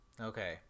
Okay